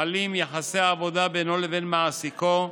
חלים יחסי עבודה בינו לבין מעסיקו,